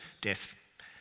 Death